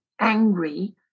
angry